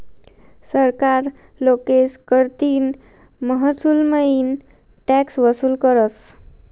सरकार लोकेस कडतीन महसूलमईन टॅक्स वसूल करस